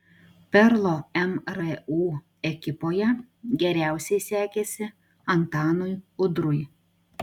perlo mru ekipoje geriausiai sekėsi antanui udrui